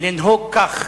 לנהוג כך